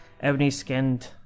ebony-skinned